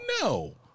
No